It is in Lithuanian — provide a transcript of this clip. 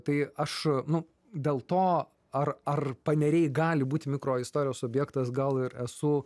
tai aš nu dėl to ar ar paneriai gali būti mikroistorijos subjektas gal ir esu